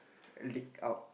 leaked out